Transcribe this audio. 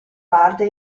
parte